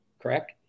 correct